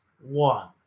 one